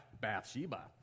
Bathsheba